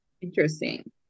interesting